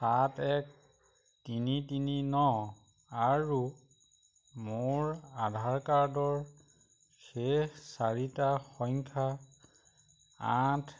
সাত এক তিনি তিনি ন আৰু মোৰ আধাৰ কাৰ্ডৰ শেষ চাৰিটা সংখ্যা আঠ